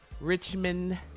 Richmond